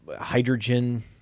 hydrogen